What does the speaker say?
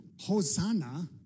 Hosanna